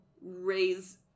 raise